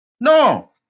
No